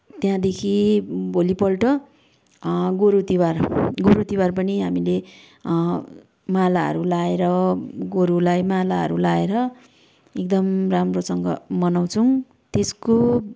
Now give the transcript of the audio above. त्यहाँदेखि भोलिपल्ट गोरु तिहार गोरु तिहार पनि हामीले मालाहरू लाएर गोरुलाई मालाहरू लाएर एकदम राम्रोसँग मनाउँछौँ त्यसको